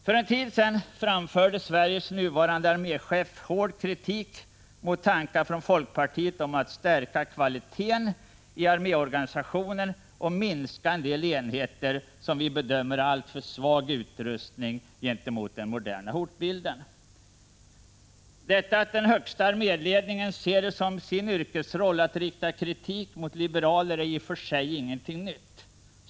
För en tid sedan framförde Sveriges nuvarande arméchef hård kritik mot tankar från folkpartiet om att stärka kvaliteten i arméorganisationen och minska en del enheter med som vi bedömer det alltför svag utrustning med tanke på den moderna hotbilden. Detta att högsta arméledningen ser det som en del av sin yrkesroll att rikta kritik mot liberaler är i och för sig inget nytt.